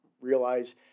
realize